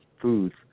foods